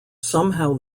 somehow